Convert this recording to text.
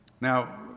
Now